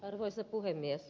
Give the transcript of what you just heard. arvoisa puhemies